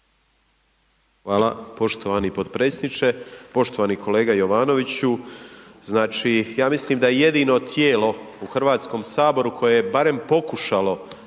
Hvala poštovani podpredsjedniče, poštovani kolega Jovanoviću, znači ja mislim da je jedino tijelo u Hrvatskom saboru koje je barem pokušalo